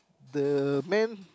the man